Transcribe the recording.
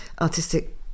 artistic